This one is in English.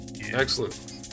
excellent